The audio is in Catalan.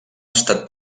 estat